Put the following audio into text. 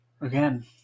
Again